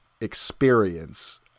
experience